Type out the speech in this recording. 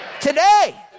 today